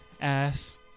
ass